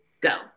Go